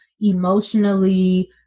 emotionally